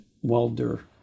welder